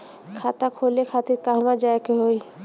खाता खोले खातिर कहवा जाए के होइ?